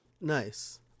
Nice